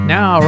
Now